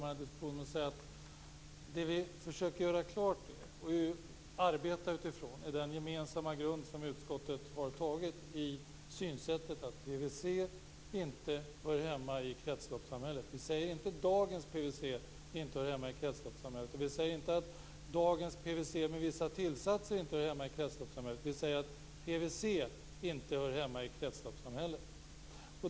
Det som vi försöker göra klart och arbeta utifrån är den gemensamma grund som utskottet lagt fast i och med synsättet att PVC inte hör hemma i kretsloppssamhället. Vi säger inte att dagens PVC inte hör hemma i kretsloppssamhället, och vi säger inte att dagens PVC med vissa tillsatser inte hör hemma i kretsloppssamhället. Vi säger att PVC inte hör hemma i kretsloppssamhället.